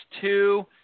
two